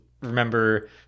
remember